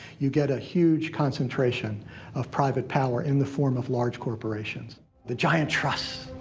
you get a huge concentration of private power in the form of large corporations the giant trusts.